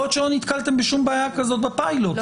יכול להיות שלא נתקלתם בשום בעיה כזאת בפיילוט.